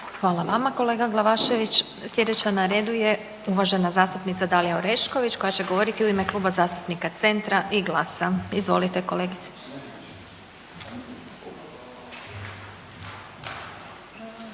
Hvala vama kolega Glavašević. Sljedeća na redu je uvažena zastupnica Dalija Orešković koja će govoriti u ime Kluba zastupnika Centra i GLASA. Izvolite kolegice.